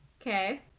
Okay